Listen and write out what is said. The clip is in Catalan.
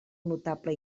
notable